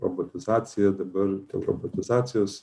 robotizacija dabar dėl robotizacijos